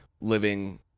living